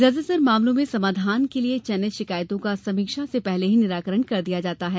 ज्यादातर मामलों में सामाधान के लिये चयनित शिकायतों का समीक्षा से पहले ही निराकरण कर दिया जाता है